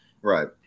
Right